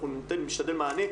אנחנו ניתן מענה,